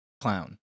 clown